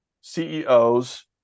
ceos